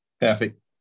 Perfect